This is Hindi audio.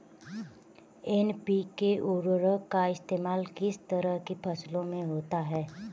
एन.पी.के उर्वरक का इस्तेमाल किस तरह की फसलों में होता है?